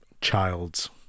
child's